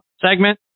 segment